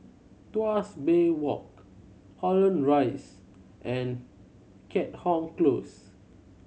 Tuas Bay Walk Holland Rise and Keat Hong Close